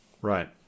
Right